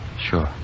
Sure